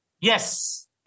Yes